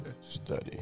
study